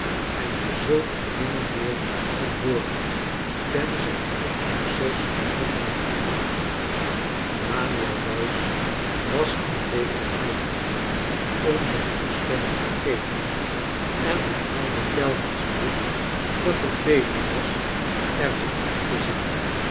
en je zult er nimmer meer van hooren tenzij ik succes mocht hebben daniel doyce was en bleef nog huiverig om zijn toestemming te geven en herhaalde telkens weer dat het beter was er van af te ziem